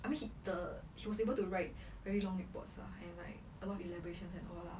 I mean the he was able to write very long reports lah and like a lot of elaboration and all lah